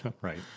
right